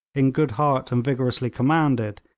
in good heart and vigorously commanded,